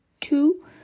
two